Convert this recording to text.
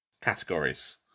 categories